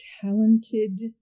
talented